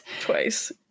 twice